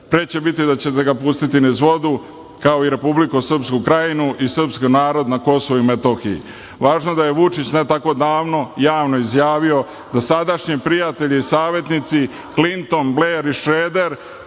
pre će biti da ćete ga pustiti niz vodu kao i Republiku Srpsku Krajnu i Srpski narod na Kosovu i Metohiji. Važno da je Vučić ne tako davno javno izjavio da sadašnji prijatelji i savetnici Klinton, Bler i Šreder